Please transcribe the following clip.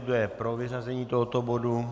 Kdo je pro vyřazení tohoto bodu?